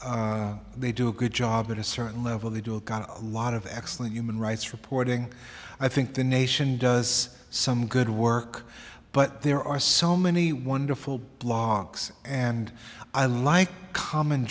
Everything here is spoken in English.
progressive they do a good job at a certain level they do a lot of excellent human rights reporting i think the nation does some good work but there are so many wonderful blogs and i like common